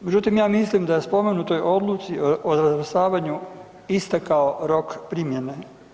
Međutim ja mislim da je u spomenutoj odluci o razvrstavanju istekao rok primjene.